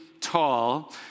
tall